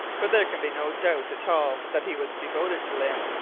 but there can be no doubt at all that he was devoted to lyne,